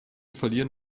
verlieren